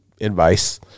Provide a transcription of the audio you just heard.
advice